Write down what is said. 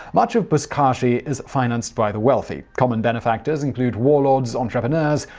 much of buzkashi is financed by the wealthy. common benefactors include warlords, entrepreneurs,